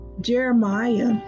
jeremiah